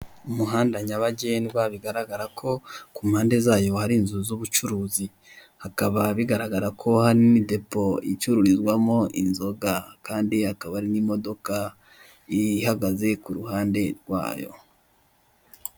Umuhanda nyabagendwa bigaragara ko ku mpande zayo hari inzu z'ubucuruzi. Hakaba bigaragara ko hari n'idepo icururizwamo inzoga. Kandi hakaba hari n'imodoka ihagaze ku ruhande rwayo.